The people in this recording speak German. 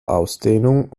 ausdehnung